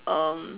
um